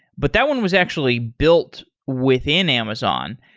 but that one was actually built within amazon.